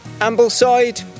Ambleside